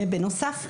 בנוסף,